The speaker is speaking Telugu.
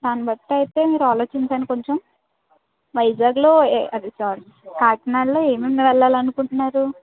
దాన్నిబట్టి అయితే మీరు ఆలోచించండి కొంచెం వైజాగ్లో అది సోరి కాకినాడలో ఏమేమి వెళ్ళాలి అనుకుంటున్నారు